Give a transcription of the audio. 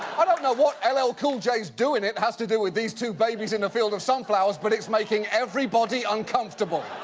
i don't know what l l. cool j's doin' it has to do with these two babies in a field of sunflowers, but it's making everybody uncomfortable.